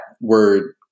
word